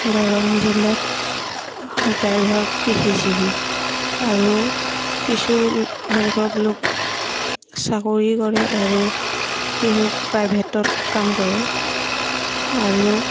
দৰং জিলাত প্ৰায়ভাগ কৃষিজীৱি আৰু কিছু সংখ্যক লোক চাকৰি কৰে আৰু কিছু প্ৰাইভেটত কাম কৰে আৰু